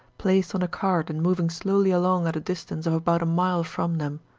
placed on a cart and moving slowly along at a distance of about a mile from them.